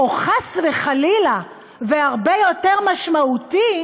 או, חס וחלילה, והרבה יותר משמעותי,